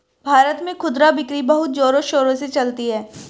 भारत में खुदरा बिक्री बहुत जोरों शोरों से चलती है